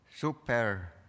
super